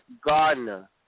Gardner